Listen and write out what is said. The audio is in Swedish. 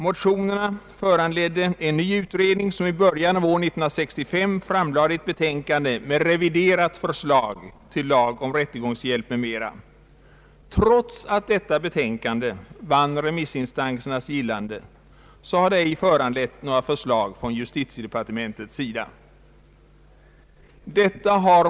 Motionerna föranledde en ny utredning, som i början av år 1965 framlade ett betänkande med reviderat förslag till lag om rättegångshjälp m.m. Trots att detta betänkande vann remissinstansernas gillande har det ej föranlett några förslag från justitiedepartementets sida.